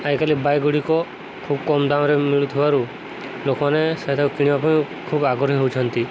ଆଜି କାଲି ବାଇଗୁଡ଼ିକ ଖୁବ କମ ଦାମରେ ମିଳୁଥିବାରୁ ଲୋକମାନେ ସେଇଟାକୁ କିଣିବା ପାଇଁ ଖୁବ୍ ଆଗ୍ରହୀ ହେଉଛନ୍ତି